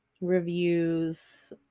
reviews